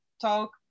talk